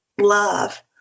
love